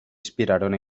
inspiraron